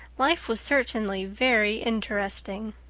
life was certainly very interesting.